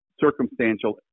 circumstantial